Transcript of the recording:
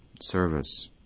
service